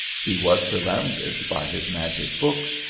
he was surrounded by his magic books,